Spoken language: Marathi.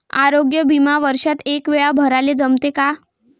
आरोग्य बिमा वर्षात एकवेळा भराले जमते का?